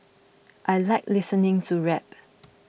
I like listening to rap